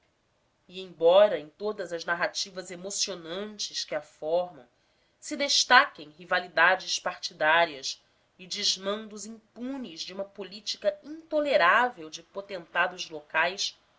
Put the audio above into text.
embora em todas as narrativas emocionantes que a formam se destaquem rivalidades partidárias e desmandos impunes de uma política intolerável de potentados locais